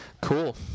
Cool